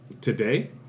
today